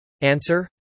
Answer